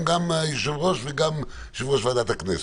גם היושב ראש וגם יושב ראש ועדת הכנסת.